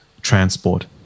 transport